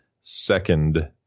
second